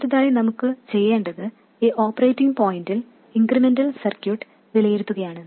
അടുത്തതായി നമുക്ക് ചെയ്യേണ്ടത് ഈ ഓപ്പറേറ്റിംഗ് പോയിന്റിൽ ഇൻക്രിമെന്റൽ സർക്യൂട്ട് വിലയിരുത്തുകയാണ്